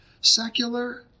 secular